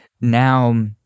now